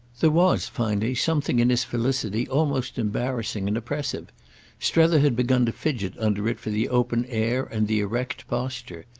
there was finally something in his felicity almost embarrassing and oppressive strether had begun to fidget under it for the open air and the erect posture.